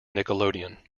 nickelodeon